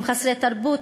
הם חסרי תרבות,